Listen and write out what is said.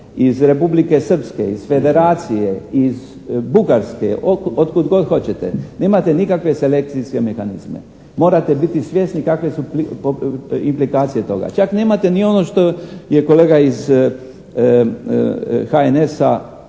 iz Republike Srpske, iz Federacije, iz Bugarske, od kud god hoćete, nemate nikakve selekcijske mehanizme. Morate biti svjesni kakve su implikacije toga. Čak nemate ni ono što je kolega iz HNS-a